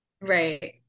right